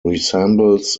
resembles